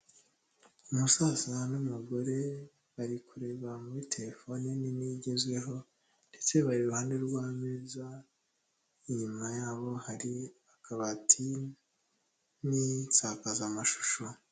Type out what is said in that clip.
Umusaza n'umugore, bari kureba muri telefone nini igezweho ndetse bari iruhande rw'ameza, inyuma yabo hari akabati n'insakazamashusho.